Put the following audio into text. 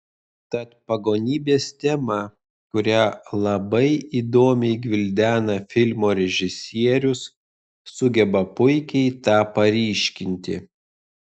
tad pagonybės tema kurią labai įdomiai gvildena filmo režisierius sugeba puikiai tą paryškinti